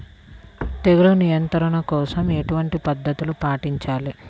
తెగులు నియంత్రణ కోసం ఎలాంటి పద్ధతులు పాటించాలి?